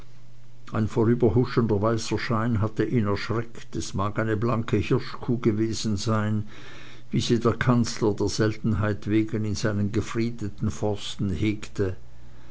ein vorüberhuschender weißer schein hatte ihn erschreckt es mag eine blanke hirschkuh gewesen sein wie sie der kanzler der seltenheit wegen in seinen gefriedeten forsten hegte